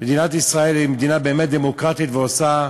מדינת ישראל היא מדינה באמת דמוקרטית, ועושה,